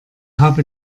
habe